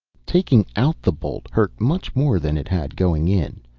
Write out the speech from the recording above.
taking out the bolt hurt much more than it had going in.